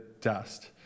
dust